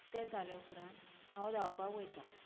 ते जाले उपरांत हांव धांवपाक वयता